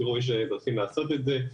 תראו יש שרוצים לעשות את זה.